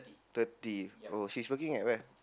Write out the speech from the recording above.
thirty oh she's working at where